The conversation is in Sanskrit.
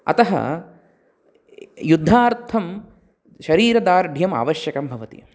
अतः युद्धार्थं शरीरदार्ढ्यम् आवश्यकं भवति